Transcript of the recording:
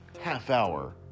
half-hour